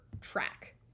track